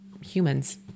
humans